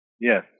Yes